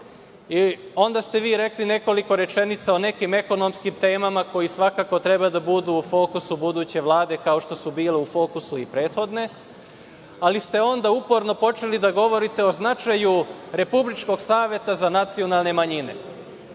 Onda ste vi rekli nekoliko rečenica o nekim ekonomskim temama koje svakako treba da budu u fokusu buduće Vlade, kao što su bile u fokusu i prethodne, ali ste onda uporno počeli da govorite o značaju Republičkog saveta za nacionalne manjine. Onda